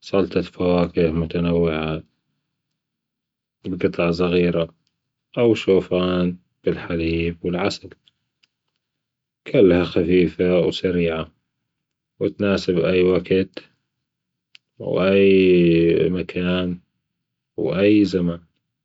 سلطة فواكه متنوعة بقطع صغيره أو شوفان بالحليب والعسل كلها خفيفة وسريعة وتناسب أي وقت وأي مكان وأي زمان.